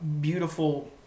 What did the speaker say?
beautiful